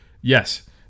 Yes